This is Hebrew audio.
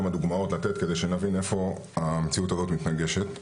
כמה דוגמאות לתת כדי שנבין איפה המציאות הזאת מתנגשת.